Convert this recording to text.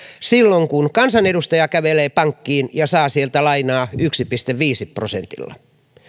silloin kun kansanedustaja kävelee pankkiin ja saa sieltä lainaa yhdellä pilkku viidellä prosentilla